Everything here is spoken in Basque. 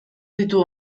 ditu